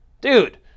Dude